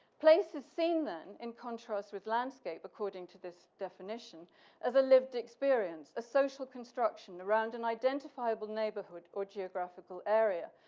places seen then in contrast with landscape according to this definition as a lived experience, a social construction around an identifiable neighborhood or geographical area,